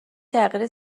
تغییر